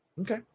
Okay